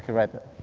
right there.